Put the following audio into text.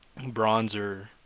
bronzer